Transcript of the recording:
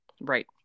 Right